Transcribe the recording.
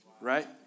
Right